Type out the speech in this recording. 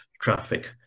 traffic